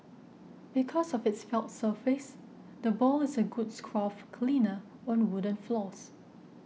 because of its felt surface the ball is a good scruff cleaner on wooden floors